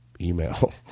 email